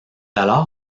alors